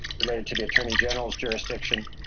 related to the attorney generals jurisdiction.